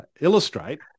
illustrate